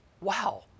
wow